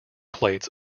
plates